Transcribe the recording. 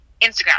Instagram